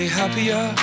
happier